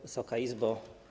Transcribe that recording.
Wysoka Izbo!